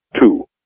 Two